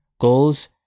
goals